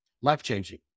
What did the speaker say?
life-changing